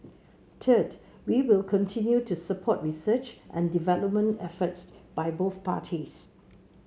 third we will continue to support research and development efforts by both parties